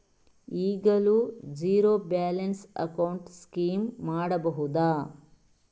ಈಗಲೂ zero balance account scheme ಮಾಡಬಹುದಾ?